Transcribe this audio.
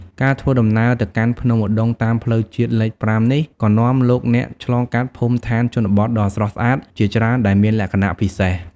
ការធ្វើដំណើរទៅកាន់ភ្នំឧដុង្គតាមផ្លូវជាតិលេខ៥ នេះ ក៏នាំលោកអ្នកឆ្លងកាត់ភូមិឋានជនបទដ៏ស្រស់ស្អាតជាច្រើនដែលមានលក្ខណៈពិសេស។